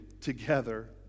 together